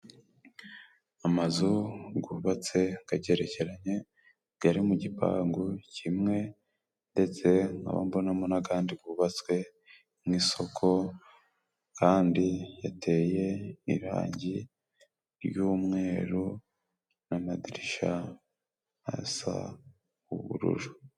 Amazu gwubatse gagerekeranye gari mu gipangu kimwe, ndetse nkaba mbonamo n'agandi gubatswe nk'isoko kandi gateye irangi ry'umweru n'amadirishya asa ubururu.